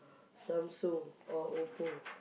Samsung or Oppo